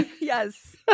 Yes